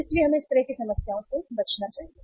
इसलिए हमें इस तरह की समस्याओं से बचना चाहिए